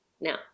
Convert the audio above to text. Now